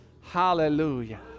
Hallelujah